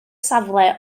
safle